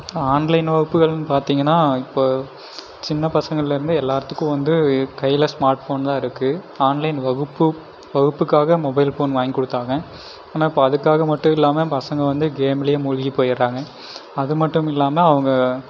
online வகுப்புகள்னு பார்த்திங்கன்னா இப்போ சின்ன பசங்கள்லருந்து எல்லார்த்துக்கும் வந்து கையில் ஸ்மார்ட் ஃபோன் தான் இருக்கு ஆன்லைன் வகுப்பு வகுப்புக்காக மொபைல் ஃபோன் வாங்கிக் கொடுத்தாங்க ஆனால் இப்போ அதற்காக மட்டும் இல்லாமல் பசங்க வந்து கேம்லையே மூழ்கிப் போயிடுறாங்க அது மட்டும் இல்லாமல் அவங்க